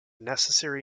necessary